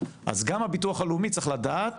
אז גם הביטוח הלאומי צריך לדעת